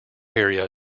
area